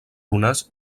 runes